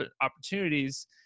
opportunities